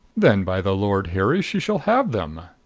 then, by the lord harry, she shall have them!